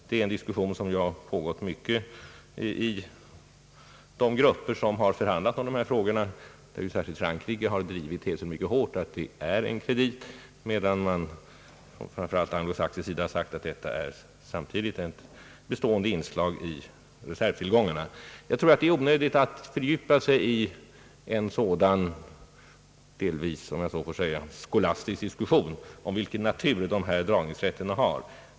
Det är en diskussion som har pågått i stor utsträckning inom de grupper som har förhandlat om dessa frågor, där särskilt Frankrike mycket hårt har drivit tesen att det är en kredit, medan man framför allt på anglosaxisk sida har sagt att det samtidigt är ett bestående inslag i reservtillgångarna. Jag tror det är onödigt att fördjupa sig i en sådan delvis, om jag så får säga, skolastisk diskussion om vilken natur de här dragningsrätterna har.